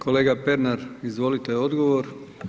Kolega Pernar izvolite odgovor.